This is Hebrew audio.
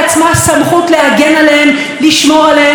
ולו בשביל שום סיבה אחרת,